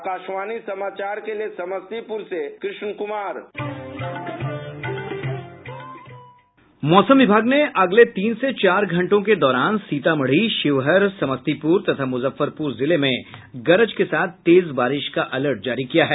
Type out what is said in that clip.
आकाशवाणी समाचार के लिए मौसम विभाग ने अगले तीन से चार घंटों के दौरान सीतामढ़ी शिवहर समस्तीपुर तथा मुजफ्फरपुर जिले में गरज के साथ तेज बारिश का अलर्ट जारी किया है